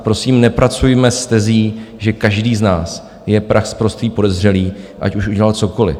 Prosím, nepracujme s tezí, že každý z nás je prachsprostý podezřelý, ať už udělal cokoli.